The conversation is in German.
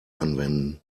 anwenden